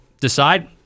decide